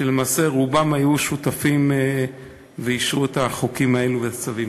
שרובם היו שותפים ואישרו את החוקים האלה והצווים.